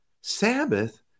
Sabbath